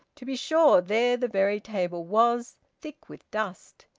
to be sure, there the very table was, thick with dust!